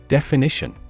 Definition